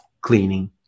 cleaning